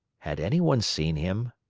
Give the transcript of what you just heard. had any one seen him?